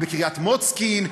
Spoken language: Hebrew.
בקריית-מוצקין,